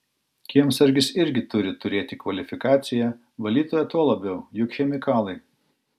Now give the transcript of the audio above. kiemsargis irgi turi turėti kvalifikaciją valytoja tuo labiau juk chemikalai